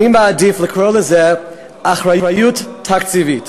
אני מעדיף לקרוא לזה "אחריות תקציבית".